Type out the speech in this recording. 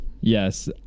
yes